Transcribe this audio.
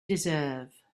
deserve